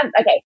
okay